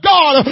God